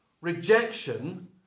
rejection